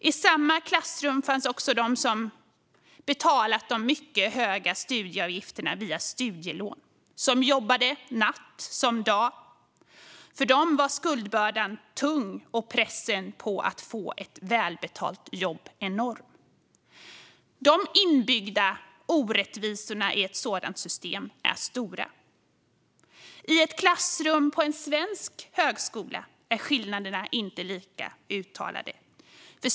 I samma klassrum fanns också de som betalat de mycket höga studieavgifterna via studielån och som jobbade natt som dag. För dem var skuldbördan mycket tung och pressen på att få ett välbetalt jobb enorm. De inbyggda orättvisorna i ett sådant system är stora. I ett klassrum på en svensk högskola är skillnaderna inte lika uttalade.